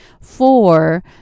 four